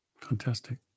Fantastic